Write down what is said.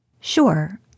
Sure